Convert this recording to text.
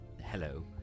Hello